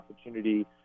opportunity